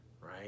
right